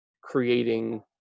creating